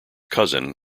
cousin